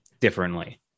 differently